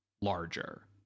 larger